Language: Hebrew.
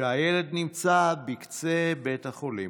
שהילד נמצא בקצה בית החולים.